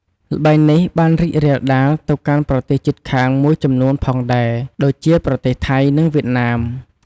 ល្បែងនេះបានរីករាលដាលទៅកាន់ប្រទេសជិតខាងមួយចំនួនផងដែរដូចជាប្រទេសថៃ និងវៀតណាម។